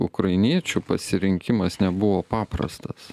ukrainiečių pasirinkimas nebuvo paprastas